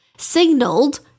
signaled